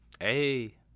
hey